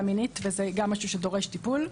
זה גם משהו שדורש טיפול.